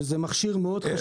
ועל כך שזה מכשיר חשוב מאוד.